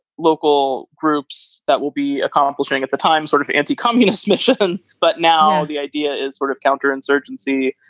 local groups that will be accomplishing at the time sort of anti-communist missions. but now the idea is sort of counterinsurgency,